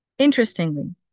Interestingly